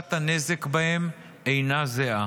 דרישת הנזק בהם אינה זהה,